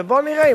ובוא נראה,